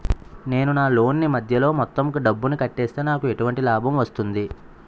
నేను నా లోన్ నీ మధ్యలో మొత్తం డబ్బును కట్టేస్తే నాకు ఎటువంటి లాభం వస్తుంది?